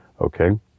Okay